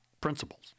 principles